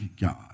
God